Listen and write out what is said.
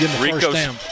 Rico